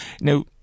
now